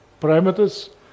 parameters